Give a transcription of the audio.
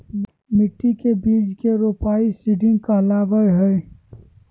मिट्टी मे बीज के रोपाई सीडिंग कहलावय हय